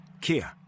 Kia